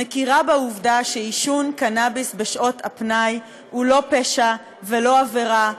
מכירה בעובדה שעישון קנאביס בשעות הפנאי הוא לא פשע ולא עבירה,